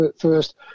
first